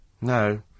No